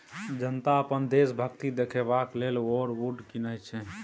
जनता अपन देशभक्ति देखेबाक लेल वॉर बॉड कीनय छै